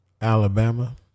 Alabama